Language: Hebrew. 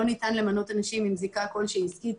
לא ניתן למנות אנשים עם זיקה כלשהי עסקית,